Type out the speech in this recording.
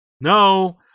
No